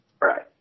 Right